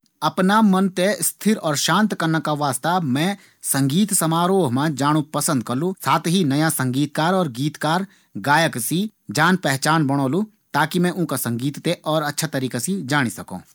अफणा मन थें स्थिर और शांत करना का वास्ता मैं संगीत समारोह मा जाणु पसंद करलू। साथ ही नया संगीतकार, गीतकार और गायकों से जाण पछाण बणोंलू। ताकी मैं ऊंका संगीत थें और अच्छा तरीका से जाण सकूं।